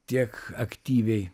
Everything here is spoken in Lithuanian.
tiek aktyviai